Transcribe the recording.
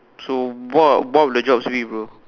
so what what would the jobs be bro